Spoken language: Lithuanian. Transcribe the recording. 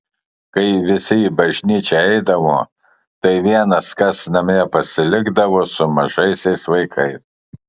kai visi į bažnyčią eidavo tai vienas kas namie pasilikdavo su mažaisiais vaikais